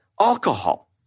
alcohol